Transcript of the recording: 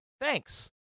thanks